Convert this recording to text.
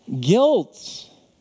guilt